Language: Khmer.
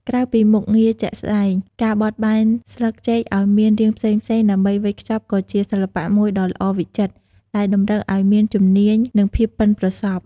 ក្រៅពីមុខងារជាក់ស្តែង ការបត់បែនស្លឹកចេកឱ្យមានរាងផ្សេងៗដើម្បីវេចខ្ចប់ក៏ជា សិល្បៈមួយដ៏ល្អវិចិត្រ ដែលតម្រូវឱ្យមានជំនាញ និងភាពប៉ិនប្រសប់។